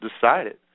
decided